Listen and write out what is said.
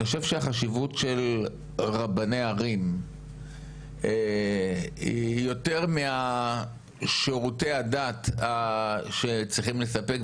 אני חושב שהחשיבות של רבני ערים היא יותר משירותי הדת שצריכים לספק,